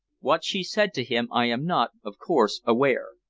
what she said to him i am not, of course, aware.